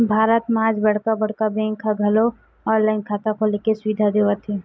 भारत म आज बड़का बड़का बेंक ह घलो ऑनलाईन खाता खोले के सुबिधा देवत हे